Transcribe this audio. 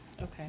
Okay